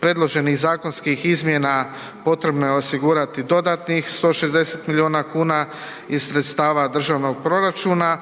predloženih zakonskih izmjena potrebno je osigurati dodatnih 160 milijuna kuna iz sredstava državnog proračuna.